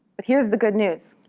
but here's the good news.